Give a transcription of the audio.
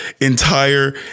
entire